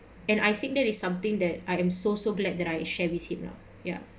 and I think that is something that I am so so glad that I share with him lah ya